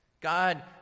God